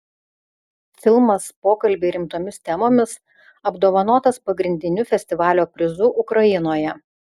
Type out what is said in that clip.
filmas pokalbiai rimtomis temomis apdovanotas pagrindiniu festivalio prizu ukrainoje